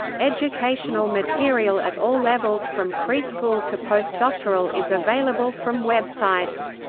educational material at all levels from pre-school to post-doctoral is available from websites.